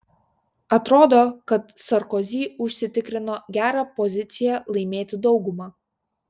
atrodo kad sarkozy užsitikrino gerą poziciją laimėti daugumą